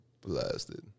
blasted